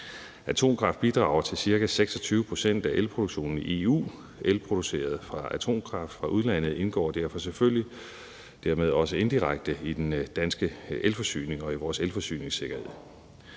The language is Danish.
Atomkraft bidrager til ca. 26 pct. af elproduktionen i EU. El produceret fra atomkraft fra udlandet indgår derfor selvfølgelig dermed også indirekte i den danske elforsyning og i vores elforsyningssikkerhed.